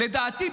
לדעתי,